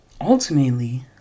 Ultimately